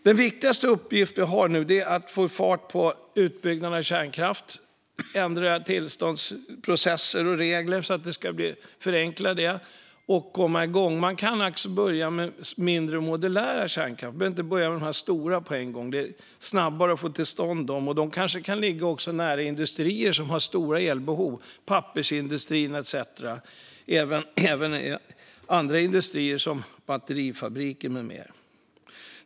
Den viktigaste uppgiften vi nu har är att få fart på utbyggnaden av kärnkraft samt ändra och förenkla tillståndsprocesser och regler för att komma igång. Det går att börja med mindre modulära kärnkraftverk. Man behöver inte börja med de stora på en gång. De mindre verken kan ligga nära industrier med stora elbehov - pappersindustrin, etcetera. Det gäller även andra industrier, till exempel batterifabriker.